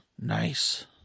Nice